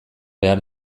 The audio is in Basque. behar